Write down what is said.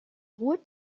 ruhe